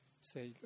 say